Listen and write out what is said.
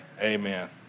Amen